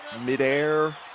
midair